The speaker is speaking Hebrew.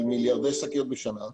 של מיליארדי שקיות בשנה,